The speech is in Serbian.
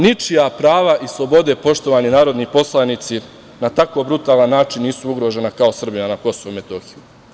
Ničija prava i slobode, poštovani narodni poslanici, na tako brutalan način nisu ugrožena kao Srbija na KiM.